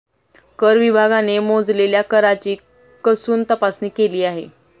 कर विभागाने मोजलेल्या कराची कसून तपासणी केली आहे